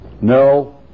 No